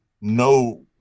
no